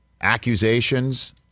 accusations